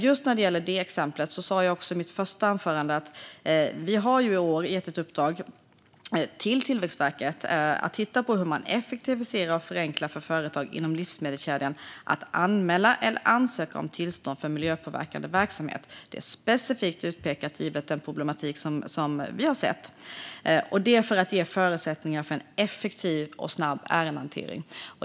Just när det gäller detta exempel sa jag i mitt första anförande att vi i år har gett ett uppdrag till Tillväxtverket att titta på hur man effektiviserar och förenklar för företag inom livsmedelskedjan att anmäla eller ansöka om tillstånd för miljöpåverkande verksamhet. Det är specifikt utpekat givet den problematik som vi har sett. Det handlar om att ge förutsättningar för en effektiv och snabb ärendehantering.